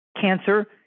Cancer